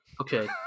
Okay